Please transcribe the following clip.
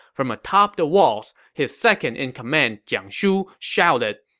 from atop the walls, his second-in-command jiang shu shouted,